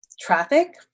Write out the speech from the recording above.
traffic